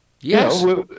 yes